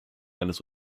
eines